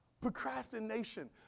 Procrastination